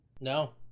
No